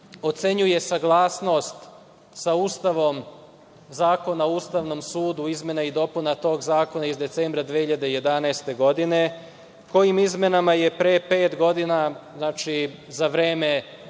ocenjuje saglasnost sa Ustavom, Zakona o ustavnom sudu, izmena i dopuna tog zakona iz decembra 2011. godine, čijim izmenama je pre pet godina, znači za